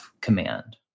command